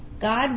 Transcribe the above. God